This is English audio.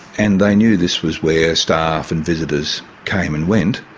and they knew this was where staff and visitors came and went,